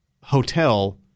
hotel